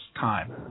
time